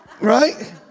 right